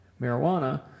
marijuana